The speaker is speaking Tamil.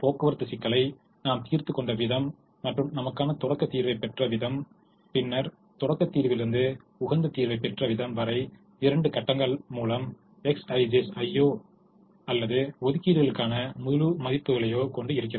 போக்குவரத்து சிக்கலை நாம் தீர்த்துக் கொண்ட விதம் மற்றும் நமக்கான தொடக்கத் தீர்வைப் பெற்ற விதம் பின்னர் தொடக்கத் தீர்விலிருந்து உகந்த தீர்வை பெற்றவிதம் வரை இரண்டு கட்டங்கள் மூலமாக Xijs ஐயோ அல்லது ஒதுக்கீடுகளுக்கான முழு மதிப்புகளையோ கொண்டு இருக்கிறது